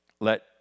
Let